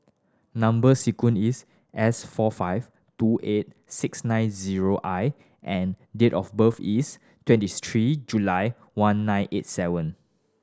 number sequence is S four five two eight six nine zero I and date of birth is twenty three July one nine eight seven